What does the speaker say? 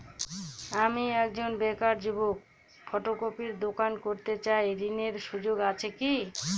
আমি একজন বেকার যুবক ফটোকপির দোকান করতে চাই ঋণের সুযোগ আছে কি?